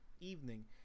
evening